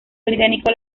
británico